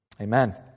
Amen